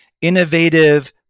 innovative